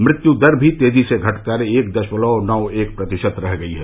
मृत्यू दर भी तेजी से घटकर एक दशमलव नौ एक प्रतिशत रह गई है